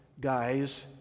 guys